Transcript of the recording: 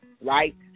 right